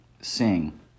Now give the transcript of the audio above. sing